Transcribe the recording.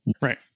Right